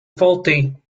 faulty